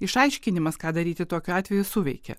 išaiškinimas ką daryti tokiu atveju suveikė